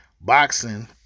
boxing